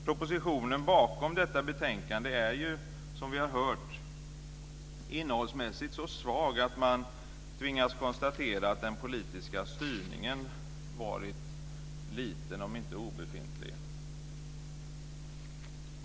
Propositionen bakom detta betänkande är ju, som vi har hört, innehållsmässigt så svag att man tvingas konstatera att den politiska styrningen varit liten, om inte obefintlig.